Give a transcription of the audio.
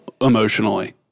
emotionally